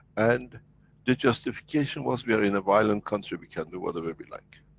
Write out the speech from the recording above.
and the justification was, we are in a violent country we can do whatever we like.